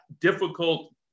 difficult